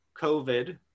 covid